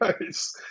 nice